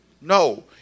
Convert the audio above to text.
No